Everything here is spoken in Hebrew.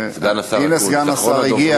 סגן השר אקוניס, אחרון הדוברים.